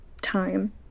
time